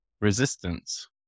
resistance